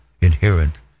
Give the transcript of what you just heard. inherent